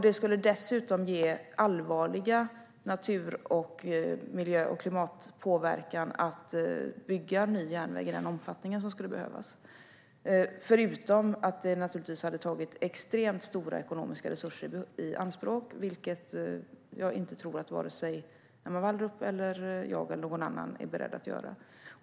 Det skulle dessutom ge allvarlig natur-, miljö och klimatpåverkan att bygga ny järnväg i den omfattning som skulle behövas - förutom att det naturligtvis hade tagit extremt stora ekonomiska resurser i anspråk, vilket jag inte tror att vare sig Emma Wallrup, jag eller någon annan är beredd att göra.